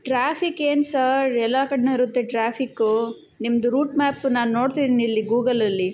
traffic ಏನು sir ಎಲ್ಲ ಕಡೆಯೂ ಇರುತ್ತೆ ಟ್ರಾಫಿಕ್ಕು ನಿಮ್ಮದು ರೂಟ್ ಮ್ಯಾಪ್ ನಾನು ನೋಡ್ತಿದೀನಿ ಇಲ್ಲಿ ಗೂಗಲಲ್ಲಿ